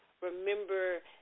remember